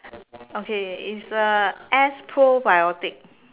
okay is a S probiotic